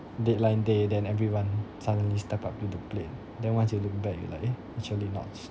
deadline day than everyone suddenly step up to the plate then once you look back you're like eh actually not